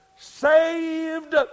saved